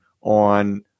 on